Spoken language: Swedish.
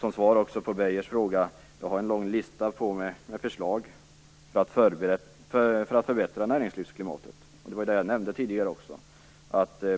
Som svar på Lennart Beijers fråga har jag en lång lista med förslag om att förbättra näringslivsklimatet. Jag nämnde detta tidigare också.